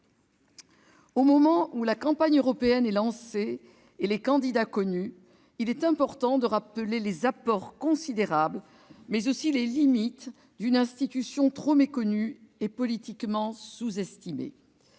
Au moment où la campagne européenne est lancée et les candidats connus, il est important de rappeler les apports considérables, mais aussi les limites, d'une institution trop méconnue et politiquement sous-estimée.